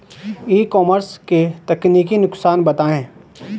ई commerce के तकनीकी नुकसान बताएं?